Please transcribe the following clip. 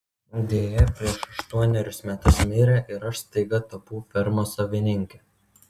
deja prieš aštuonerius metus mirė ir aš staiga tapau fermos savininke